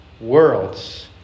worlds